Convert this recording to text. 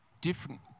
different